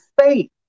faith